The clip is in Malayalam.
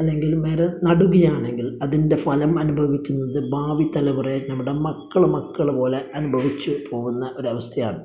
അല്ലെങ്കില് മരം നടുകയാണെങ്കില് അതിന്റെ ഫലം അനുഭവിക്കുന്നത് ഭാവി തലമുറയും നമ്മുടെ മക്കളും മക്കൾ പോലെ അനുഭവിച്ചു പോരുന്ന ഒരു വസ്ഥയാണ്